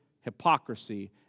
hypocrisy